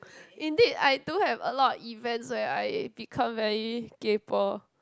indeed I do have a lot of events eh I become very kaypo